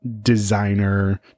designer